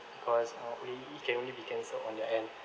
because uh it can only be cancelled on your end